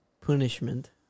punishment